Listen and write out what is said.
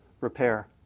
repair